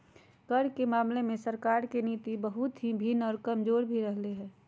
कर के मामले में सरकार के नीति बहुत ही भिन्न और कमजोर भी रहले है